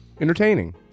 Entertaining